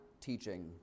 teaching